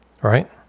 Right